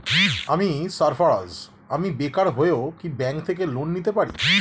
আমি সার্ফারাজ, আমি বেকার হয়েও কি ব্যঙ্ক থেকে লোন নিতে পারি?